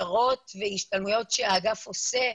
והשתלמויות שהאגף עושה.